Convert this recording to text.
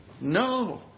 No